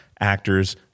actors